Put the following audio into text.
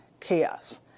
chaos